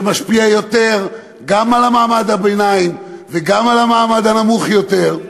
שמשפיע יותר גם על מעמד הביניים וגם על המעמד הנמוך יותר.